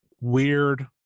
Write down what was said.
Weird